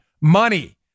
money